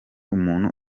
umuntu